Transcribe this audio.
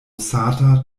sata